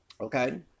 Okay